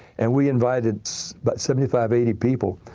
and we invited but seventy five, eighty people.